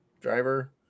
driver